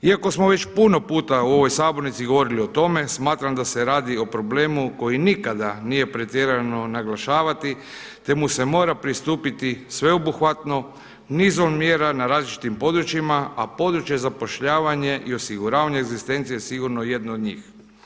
Iako smo već puno puta u ovoj sabornici govorili o tome smatram da se radi o problemu koji nikada nije pretjerano naglašavati, te mu se mora pristupiti sveobuhvatno nizom mjera na različitim područjima, a područje zapošljavanje i osiguravanje egzistencije je sigurno jedno od njih.